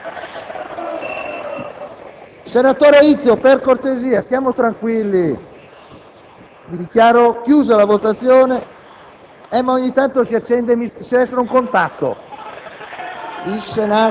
Dichiaro aperta la votazione.